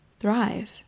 Thrive